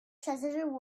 treasure